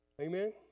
Amen